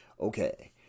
Okay